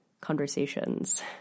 conversations